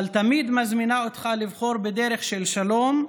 אבל תמיד מזמינה אותך לבחור בדרך של שלום,